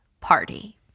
party